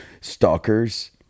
stalkers